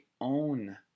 own